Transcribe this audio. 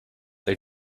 they